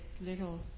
little